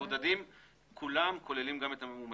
המבודדים כוללים גם את המאומתים.